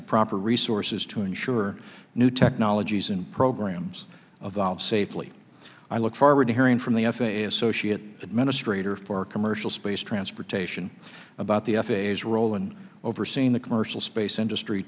the proper resources to ensure new technologies and programs of valves safely i look forward to hearing from the f a a associate administrator for commercial space transportation about the f a s role and overseeing the commercial space industry